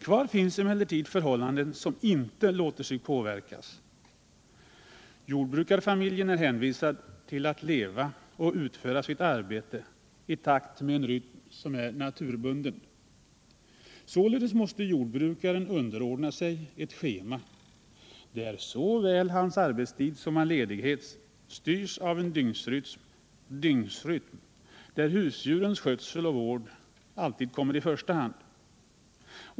Kvar finns emellertid förhållanden som inte låter sig påverkas. Jordbrukarfamiljen är hänvisad till att leva och utföra sitt arbete i takt med en rytm som är naturbunden. Således måste jordbrukaren underordna sig ett schema för såväl arbetstid som ledighet, styrt av en dygnsrytm, där husdjurens skötsel och vård alltid kommer i första hand.